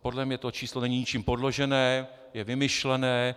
Podle mě to číslo není ničím podložené, je vymyšlené.